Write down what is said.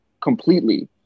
completely